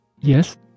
Yes